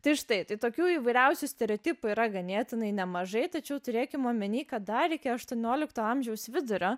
tai štai tai tokių įvairiausių stereotipų yra ganėtinai nemažai tačiau turėkime omeny kad dar iki aštuoniolikto amžiaus vidurio